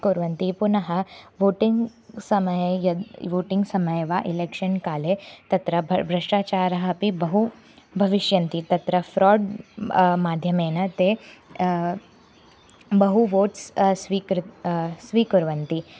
कुर्वन्ति पुनः वोटिङ्ग् समये यद् वोटिङ्ग् समये वा इलेक्षन् काले तत्र भर् भ्रष्टाचारः अपि बहु भविष्यति तत्र फ़्राड् माध्यमेन ते बहु वोट्स् स्वीकृ स्वीकुर्वन्ति